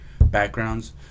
backgrounds